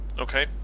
Okay